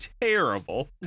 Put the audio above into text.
terrible